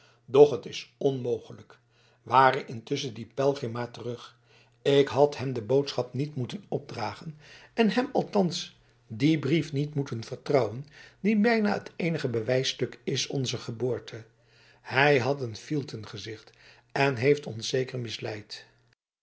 doch het is onmogelijk ware intusschen die pelgrim maar terug ik had hem de boodschap niet moeten opdragen en hem althans dien brief niet moeten vertrouwen die bijna het eenige bewijsstuk is onzer geboorte hij had een fielten gezicht en heeft ons zeker misleid